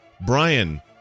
Brian